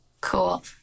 cool